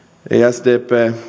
sdp